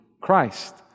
Christ